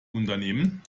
unternehmen